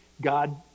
God